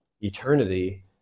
eternity